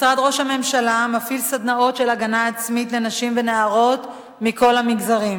משרד ראש הממשלה מפעיל סדנאות של הגנה עצמית לנשים ונערות מכל המגזרים.